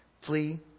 Flee